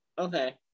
okay